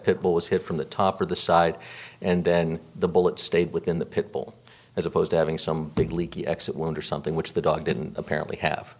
pit bull was hit from the top of the side and then the bullet stayed within the pit bull as opposed to having some big leaky exit wound or something which the dog didn't apparently have